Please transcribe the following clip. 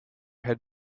had